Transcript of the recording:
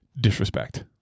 Disrespect